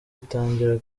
itangira